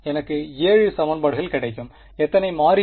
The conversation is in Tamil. எனக்கு 7 சமன்பாடுகள் கிடைக்கும் எத்தனை மாறிகள்